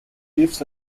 gives